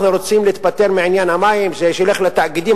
רוצים להיפטר מהעניין הזה ושזה ילך לתאגידים.